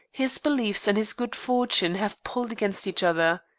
his beliefs and his good fortune have pulled against each other.